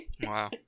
Wow